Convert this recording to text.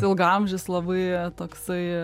ilgaamžis labai toksai